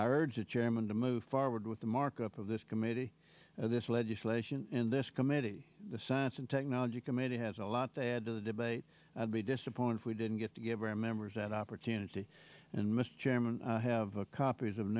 chairman to move forward with the markup of this committee this legislation in this committee the science and technology committee has a lot to add to the debate i'd be disappointed if we didn't get to give our members that opportunity and mr chairman i have copies of